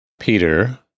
Peter